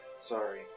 Sorry